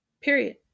period